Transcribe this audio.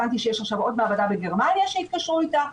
הבנתי שעכשיו יש עוד מעבדה בגרמניה שהתקשרו איתה,